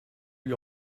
lui